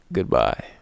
goodbye